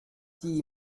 die